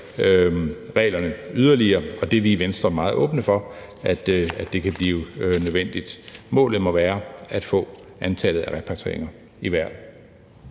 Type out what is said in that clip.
reglerne yderligere, og det er vi i Venstre meget åbne for kan blive nødvendigt. Målet må være at få antallet af repatrieringer